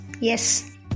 Yes